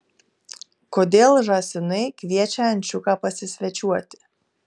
kodėl žąsinai kviečia ančiuką pasisvečiuoti